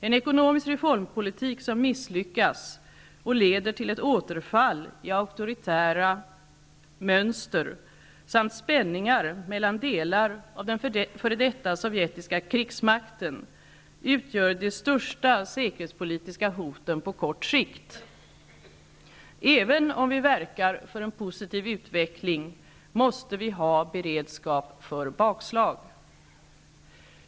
En ekonomisk reformpolitik som misslyckas och leder till ett återfall i auktoritära mönster samt spänningar mellan delar av den f.d. sovjetiska krigsmakten utgör de största säkerhetspolitiska hoten på kort sikt. Även om vi verkar för en positiv utveckling måste vi ha beredskap för bakslag.